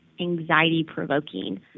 anxiety-provoking